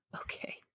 Okay